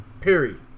period